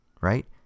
right